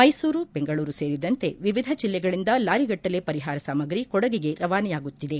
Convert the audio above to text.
ಮೈಸೂರು ಬೆಂಗಳೂರು ಸೇರಿದಂತೆ ವಿವಿಧ ಜಿಲ್ಲೆಗಳಿಂದ ಲಾರಿಗಟ್ಟಲೆ ಪರಿಹಾರ ಸಾಮಾಗ್ರಿ ಕೊಡಗಿಗೆ ರವಾನೆಯಾಗುತ್ತಿದೆ